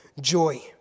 joy